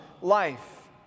life